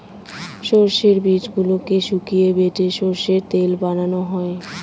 সর্ষের বীজগুলোকে শুকিয়ে বেটে সর্ষের তেল বানানো হয়